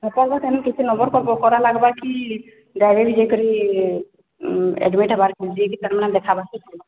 ଆପଣଙ୍କର ସେନେ କିଛି ନମ୍ବର କରା ଲାଗ୍ବା କି ଡାଇରେକ୍ଟ ଯାଇକରି ଆଡମିଟ ହବାରେ ଦେଖା କର୍ବା